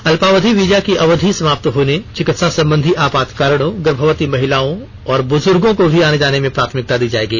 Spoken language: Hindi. अल्पावधि वीजा की अवधि समाप्त होने चिकित्सा संबंधी आपात कारणों गर्भवती महिलाओं और बुजुर्गों को भी आने जाने में प्राथमिकता दी जाएगी